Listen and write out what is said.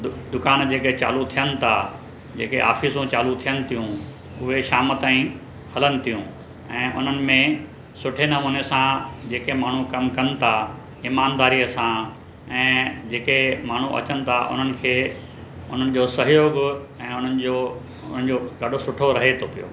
दु दुकान जेके चालू थियनि था जेके ऑफ़िसूं चालू थियनि थियूं उहे शाम ताईं हलनि थियूं ऐं उन्हनि में सुठे नमूने सां जेके माण्हू कमु कनि था ईमानदारीअ सां ऐं जेके माण्हू अचनि था उन्हनि खे उन्हनि जो सहयोग ऐं उन्हनि जो ॾाढो सुठो रहे थो पियो